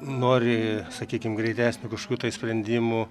nori sakykim greitesnių kažkokių sprendimų